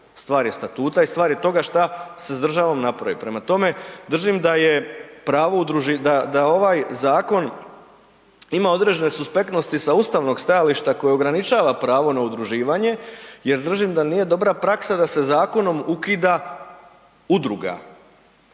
stvar je statuta i stvar je šta se s državom napravi. Prema tome, držim da ovaj zakon ima određene suspektnosti sa ustavnog stajališta koje ograničava pravo na udruživanje jer držim da nije dobra praksa da se zakonom ukida udruga.